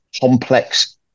complex